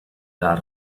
dal